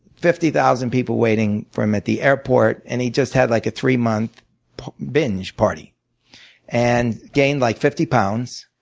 fifty thousand people waiting for him at the airport and he just had like a three month binge party and gained like fifty pounds.